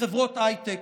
בחברות הייטק,